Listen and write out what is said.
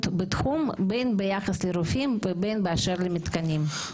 בתחום בין ביחס לרופאים ובין באשר למתקנים.